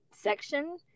Section